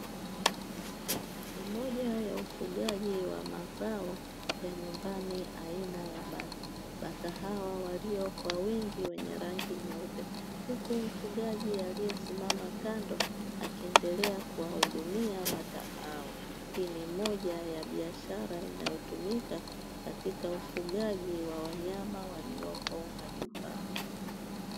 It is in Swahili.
Ni moja ya ufugaji wa mazao ya nyumbani aina ya bata. Bata hawa walio kwa wingi wenye rangi ya nyeupe huku mfugaji aliyesimama kando akiendelea kuwahudumia bata hao. Hii ni moja ya biashara inayotumika katika ufugaji wa wanyama walioko majumbani.